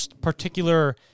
particular